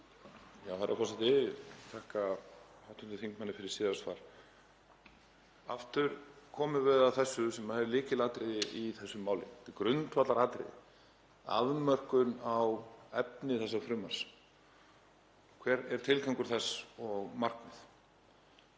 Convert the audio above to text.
Herra forseti. Ég þakka hv. þingmanni fyrir síðara svar. Aftur komum við að þessu sem er lykilatriði í þessu máli, sem er grundvallaratriði, afmörkun á efni þessa frumvarps. Hver er tilgangur þess og markmið?